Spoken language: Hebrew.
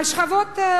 על השכבות החלשות,